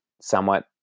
somewhat